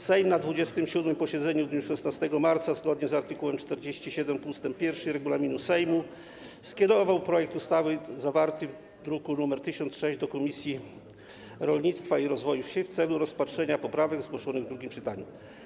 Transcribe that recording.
Sejm na 27. posiedzeniu w dniu 16 marca zgodnie z art. 47 ust. 1 regulaminu Sejmu skierował projekt ustawy zawarty w druku nr 1006 do Komisji Rolnictwa i Rozwoju Wsi w celu rozpatrzenia poprawek zgłoszonych w drugim czytaniu.